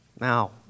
Now